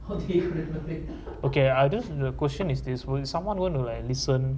positive with the big okay others you know question is this won't someone want to like listen